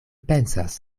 pensas